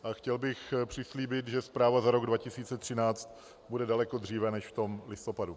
A chtěl bych přislíbit, že zpráva za rok 2013 bude daleko dříve než v listopadu.